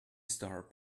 star